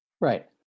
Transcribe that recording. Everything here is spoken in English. Right